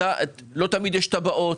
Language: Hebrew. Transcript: לא תמיד יש תב"עות.